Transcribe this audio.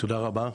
תודה רבה.